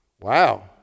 Wow